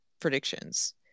predictions